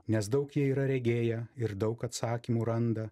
nes daug jie yra regėję ir daug atsakymų randa